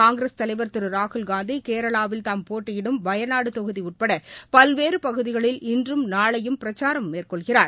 காங்கிரஸ் தலைவர் திரு ராகுல்காந்தி கேரளாவில் தாம் போட்டியிடும் வயநாடு தொகுதி உட்பட பல்வேறு பகுதிகளில் இன்றும் நாளையும் பிரச்சாரம் மேற்கொள்கிறார்